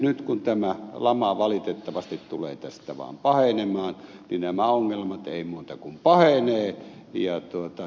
nyt kun tämä lama valitettavasti tulee tästä vaan pahenemaan niin nämä ongelmat eivät muuta kuin pahenevat